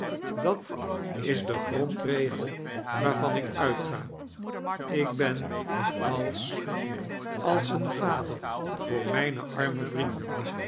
dat is de grondregel waarvan ik uitga ik ben als als een vader voor mijne arme vrienden